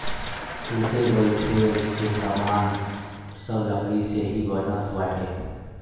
सुते बईठे के सामान सब लकड़ी से ही बनत बाटे